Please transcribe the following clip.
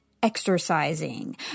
exercising